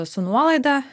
su nuolaida